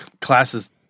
classes